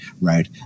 right